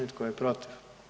I tko je protiv?